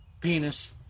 penis